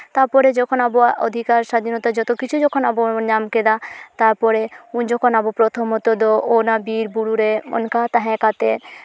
ᱛᱟᱨᱯᱚᱨᱮ ᱡᱚᱠᱷᱚᱱ ᱟᱵᱚᱣᱟᱜ ᱚᱫᱷᱤᱠᱟᱨ ᱥᱟᱫᱷᱤᱱᱚᱛᱟ ᱡᱚᱛᱚ ᱠᱤᱪᱷᱩ ᱡᱚᱠᱷᱚᱱ ᱟᱵᱚ ᱵᱚᱱ ᱧᱟᱢ ᱠᱮᱫᱟ ᱛᱟᱨᱯᱚᱨᱮ ᱩᱱ ᱡᱚᱠᱷᱚᱱ ᱟᱵᱚ ᱯᱨᱚᱛᱷᱚᱢᱚᱛᱚ ᱫᱚ ᱚᱱᱟ ᱵᱤᱨ ᱵᱩᱨᱩᱨᱮ ᱚᱱᱠᱟ ᱛᱟᱦᱮᱸ ᱠᱟᱛᱮᱫ